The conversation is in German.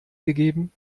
gegeben